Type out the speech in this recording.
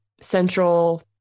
central